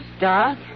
Doc